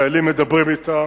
מדברים עם החיילים,